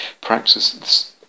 Practices